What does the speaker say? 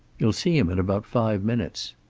you'll see him in about five minutes.